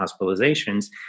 hospitalizations